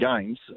games